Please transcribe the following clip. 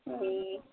ଏଇ